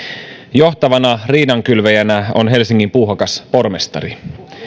johtavana riidankylväjänä on helsingin puuhakas pormestari